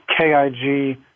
KIG